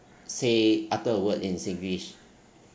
say utter a word in singlish